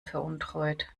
veruntreut